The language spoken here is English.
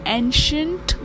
ancient